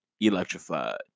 electrified